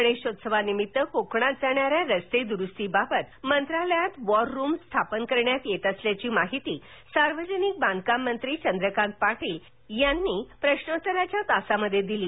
गणेशोत्सवानिमित्त कोकणात जाणाऱ्या रस्तेदुरुस्तीबाबत मंत्रालयात वॉर रुम स्थापन करण्यात येत असल्याची माहिती सार्वजनिक बांधकाम मंत्री चंद्रकात पाटील यांनी प्रश्नोत्तराच्या तासामध्ये दिली